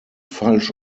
falsch